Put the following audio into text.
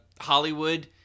Hollywood